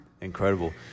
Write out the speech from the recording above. Incredible